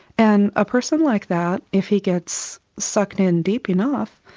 and a person like that, if he gets sucked in deep enough,